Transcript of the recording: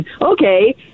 okay